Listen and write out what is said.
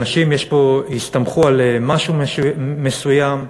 אנשים הסתמכו על משהו מסוים.